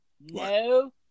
No